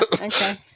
Okay